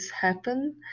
happen